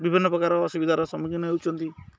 ବିଭିନ୍ନ ପ୍ରକାର ଅସୁବିଧାର ସମ୍ମୁଖୀନ ହେଉଛନ୍ତି